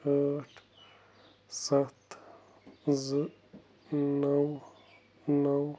ٲٹھ سَتھ زٕ نَو نَو